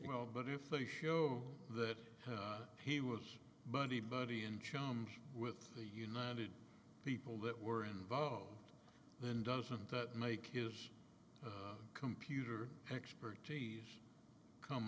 well but if they show that he was buddy buddy and chums with a united people that were involved then doesn't that make his computer expertise come